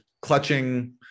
clutching